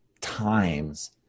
times